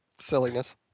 silliness